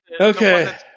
Okay